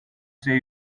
say